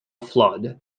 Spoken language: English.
flood